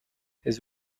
his